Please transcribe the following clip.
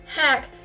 hack